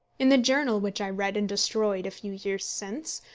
in the journal which i read and destroyed a few years since,